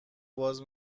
باز